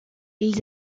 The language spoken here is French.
ils